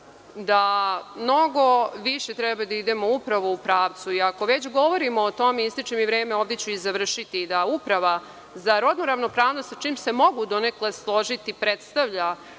da mnogo više treba da idemo upravo u pravcu i ako već govorimo o tome, ističe mi vreme, ovde ću i završiti, da Uprava za rodnu ravnopravnost, sa čim se mogu donekle složiti, predstavlja,